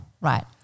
Right